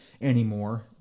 anymore